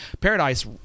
paradise